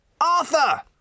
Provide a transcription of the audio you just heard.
Arthur